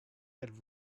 qu’elle